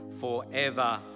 forever